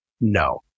No